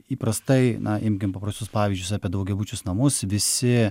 įprastai na imkim paprastus pavyzdžius apie daugiabučius namus visi